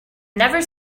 never